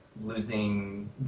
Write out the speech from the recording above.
losing